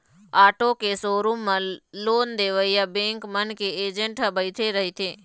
auto के showroom म loan देवइया बेंक मन के एजेंट ह बइठे रहिथे